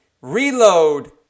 reload